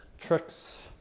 tricks